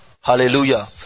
hallelujah